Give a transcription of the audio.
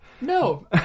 No